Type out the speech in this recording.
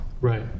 Right